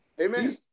amen